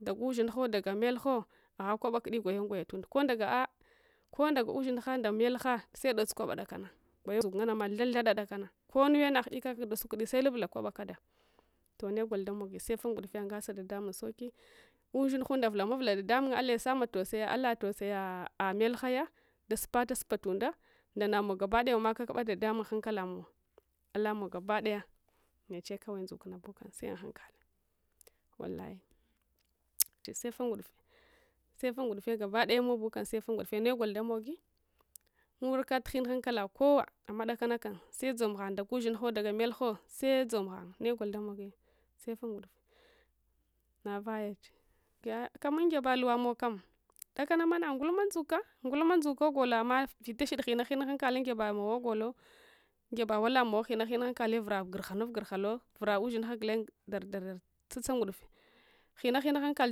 Daga ushingho daga metho agha kwaɓa kudi gwayun gwaya tunda kondaga a’ai kondaga ushingha nda melha sedots kwaba dakana gwayuk nganama thad thada dakana konnuwe na ghuduk kak dasukns selubla kwaɓa kada toh negol damogi sefa ngudufe ungasa dadamung sauki ushinghunda vulamavula dadamung allaisa alatausayiya melhaya das upstasupa unda ndanamow gabadayaamakakabs dadamung hanlsalamowsalamow gabadaya neche kawai ndzukune bukam se ahankahi wallahi sefa ngudufe sepa ngudufe gabaɗayamow bukam sepa nguɗufe negol damogi unwurka tughin hanlrala kowa amma dakanckam sedzom ghang dafa ushingho ndafa melho sedzom ghang negol cde giys lraman gyase mokamde kanams nongulme damogi sefa ngu dufe navayache giya kaman gyabamow kam dakanama na ngulma ndzuka ngulma ndzoko gol amma vitashid ghina ghina hankaf ungyebamow golo geba walamowo ghina ghina hankale vura gurhanun ghurlulo vuraushingha gulen dar dar tsatsanguduf ghina ghina hankal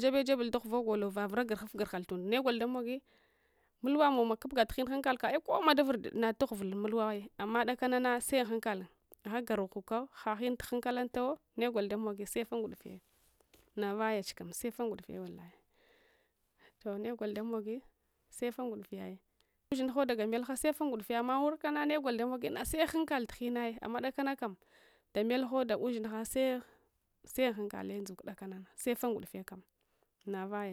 jebe jebul daghuva golo vavnra ghurghu ghurhal tundo negef damoyi mulwamow kubga tughin hankal kam ai’ kowama davunu natughu val mulwa ai amma dakanana se unhankal agha gareghuka haghin tukuknitawo negol damogi sefa ngudufe wallahi toh negol damogi sefa nguɗife ai ndaga ushingha dafa melha sefa nguɗufe amma wurka na negol damoji seghankal tughine ai amma dakanakam damelho ushingho sese unhankale ndzuk kudakana sefe ngudufe kam navayach